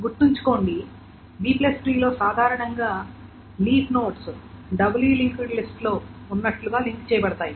గుర్తుంచుకోండి Bట్రీ లో సాధారణంగా leaf nodes doubly linked list లో ఉన్నట్లు లింక్ చేయబడతాయి